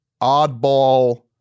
oddball